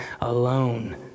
alone